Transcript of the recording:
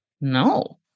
no